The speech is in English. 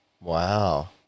Wow